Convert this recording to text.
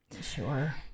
Sure